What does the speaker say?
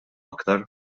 aktar